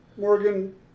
Morgan